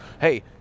hey